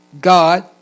God